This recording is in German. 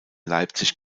leipzig